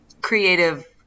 creative